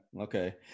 Okay